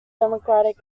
democratic